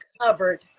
covered